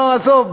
לא, עזוב.